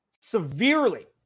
severely